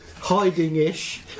hiding-ish